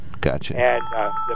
Gotcha